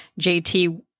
JT